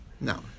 No